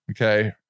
okay